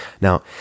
Now